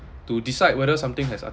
to decide whether something has